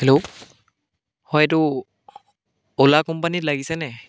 hello হয় এইটো অ'লা কোম্পানীত লাগিছেনে